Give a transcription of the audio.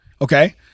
Okay